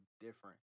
different